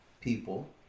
people